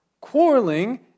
quarreling